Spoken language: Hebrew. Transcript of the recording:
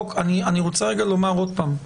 אני אומר שוב: